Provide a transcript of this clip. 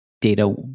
data